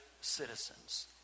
citizens